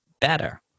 better